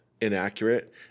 inaccurate